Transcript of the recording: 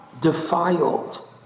defiled